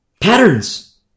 Patterns